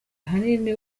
ahanini